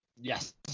Yes